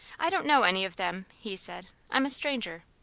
i don't know any of them, he said i'm a stranger.